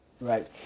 Right